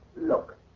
Look